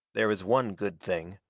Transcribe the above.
there is one good thing,